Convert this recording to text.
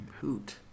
hoot